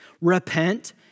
repent